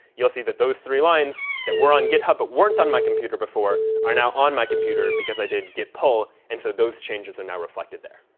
you'll see that those three lines that were on github but weren't on my computer before are now on my computer because i did git pull, and so those changes are now reflected there.